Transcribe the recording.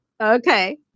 okay